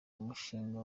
mushinga